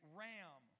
ram